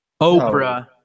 Oprah